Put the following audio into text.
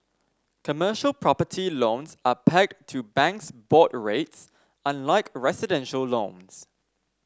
commercial property loans are pegged to banks' board rates unlike residential loans